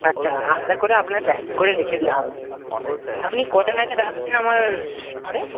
আচ্ছা আলাদা করে আপনার প্যাকিং করে রেখে দেওয়া হবে আপনি কটা নাগাদ আসবেন আমার স্টলে